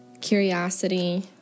curiosity